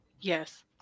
Yes